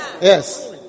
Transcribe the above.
Yes